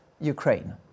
Ukraine